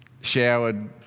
showered